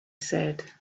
said